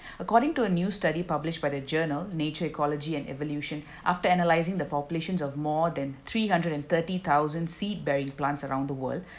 according to a new study published by the journal nature ecology and evolution after analysing the populations of more than three hundred and thirty thousand seed bearing plants around the world